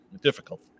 difficult